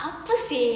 apa seh